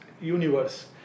universe